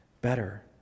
better